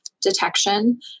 detection